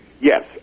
yes